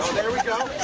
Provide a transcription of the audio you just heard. there we go.